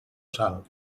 sal